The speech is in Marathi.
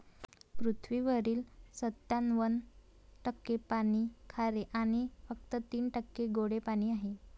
पृथ्वीवरील सत्त्याण्णव टक्के पाणी खारे आणि फक्त तीन टक्के गोडे पाणी आहे